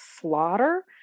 slaughter